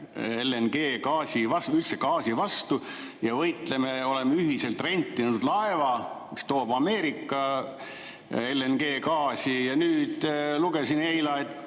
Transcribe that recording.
LNG‑gaasi vastu, üldse gaasi vastu ja võitleme, oleme ühiselt rentinud laeva, mis toob meile Ameerika LNG‑gaasi. Aga lugesin eila, et